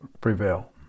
prevail